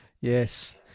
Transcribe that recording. Yes